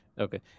okay